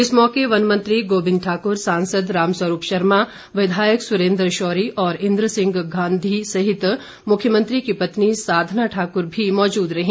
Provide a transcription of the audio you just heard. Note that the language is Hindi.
इस मौके वनमंत्री गोबिंद ठाकुर सांसद रामस्वरूप शर्मा विधायक सुरेन्द्र शौरी और इन्द्र सिंह गांधी सहित मुख्यमंत्री की पत्नी साधना ठाकुर भी मौजूद रहीं